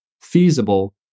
feasible